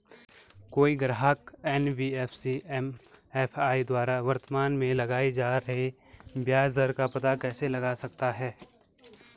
कोई ग्राहक NBFC MFI द्वारा वर्तमान में लगाए जा रहे ब्याज दर का पता कैसे लगा सकता है?